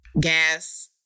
gas